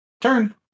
turn